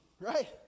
right